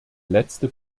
letzte